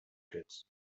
pits